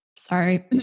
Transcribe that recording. Sorry